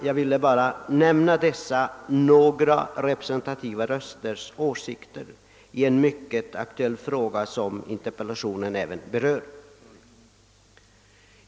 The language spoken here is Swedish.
Jag ville endast nämna dessa representativa rösters åsikter i en mycket aktuell fråga, som även berörs i interpellationen.